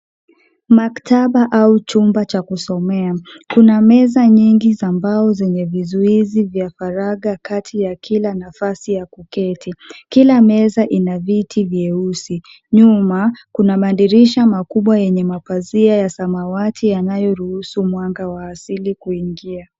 Maktaba au chumba cha kusomea. Kuna meza nyingi za mbao zenye vizuizi vya varanagi kila nafasi ya kuketi. Kila meza ina viti vyeusi, nyuma kuna madirisha makubwa yenye mapazia ya samawati yanayoruhusu mwanga wa asili kuingia.